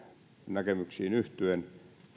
näkemyksiin yhtyen